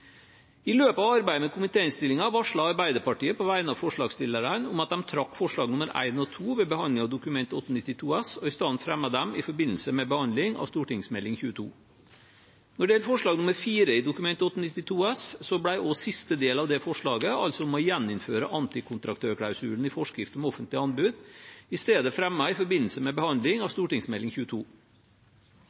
I løpet av arbeidet med komitéinnstillingen varslet Arbeiderpartiet, på vegne av forslagsstillerne, at de trakk forslagene nr. 1 og 2 ved behandlingen av Dokument 8:92 S og i stedet fremmet dem i forbindelse med behandling av Meld. St. 22. Når det gjelder forslag nr. 4 i Dokument 8:92 S, ble også siste del av det forslaget, altså om å gjeninnføre antikontraktørklausulen i forskrift om offentlige anbud, i stedet fremmet i forbindelse med behandling av Meld. St. 22.